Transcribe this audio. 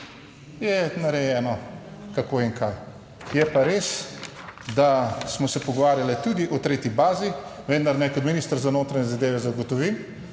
Je narejeno, kako in kaj. Je pa res, da smo se pogovarjali tudi o tretji bazi, vendar naj kot minister za notranje zadeve zagotovim,